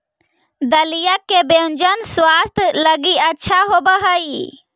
दलिया के व्यंजन स्वास्थ्य लगी अच्छा होवऽ हई